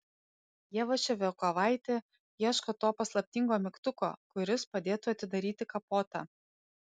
ieva ševiakovaitė ieško to paslaptingo mygtuko kuris padėtų atidaryti kapotą